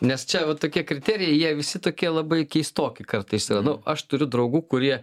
nes čia va tokie kriterijai jie visi tokie labai keistoki kartais yra nu aš turiu draugų kurie